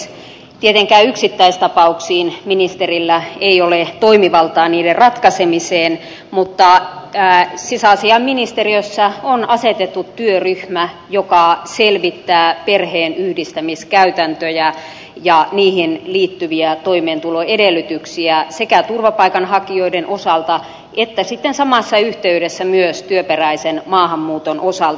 tietenkään yksittäistapauksiin ministerillä ei ole toimivaltaa niiden ratkaisemiseen mutta sisäasiainministeriössä on asetettu työryhmä joka selvittää perheenyhdistämiskäytäntöjä ja niihin liittyviä toimeentuloedellytyksiä sekä turvapaikanhakijoiden osalta että sitten samassa yhteydessä myös työperäisen maahanmuuton osalta